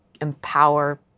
empower